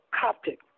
Coptic